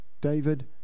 David